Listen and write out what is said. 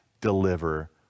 deliver